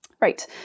Right